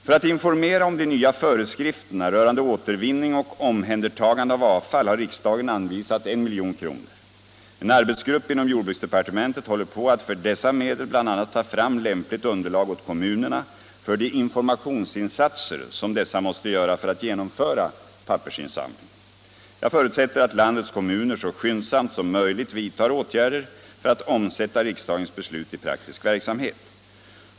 För att informera om de nya föreskrifterna rörande återvinning och omhändertagande av avfall har riksdagen anvisat 1 milj.kr. En arbetsgrupp inom jordbruksdepartementet håller på att för dessa medel bl.a. ta fram lämpligt underlag åt kommunerna för de informationsinsatser som dessa måste göra för att genomföra pappersinsamlingen. Jag förutsätter att landets kommuner så skyndsamt som möjligt vidtar åtgärder för att omsätta riksdagens beslut i praktisk verksamhet.